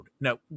Now